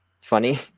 funny